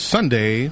Sunday